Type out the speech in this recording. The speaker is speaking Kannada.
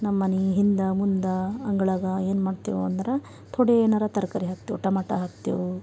ನಮ್ಮನೆ ಹಿಂದೆ ಮುಂದೆ ಅಂಗಳಾಗ ಏನು ಮಾಡ್ತೀವಿ ಅಂದ್ರೆ ಥೊಡೆ ಏನಾರು ತರಕಾರಿ ಹಾಕ್ತಿವಿ ಟೊಮಟ ಹಾಕ್ತಿವಿ